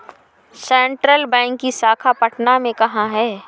Central bank की शाखा पटना में कहाँ है?